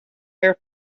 their